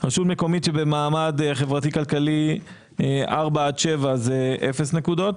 רשות מקומית שבמעמד חברתי כלכלי 4 עד 7 זה 0 נקודות.